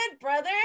brother